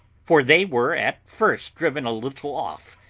for they were at first driven a little off,